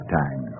time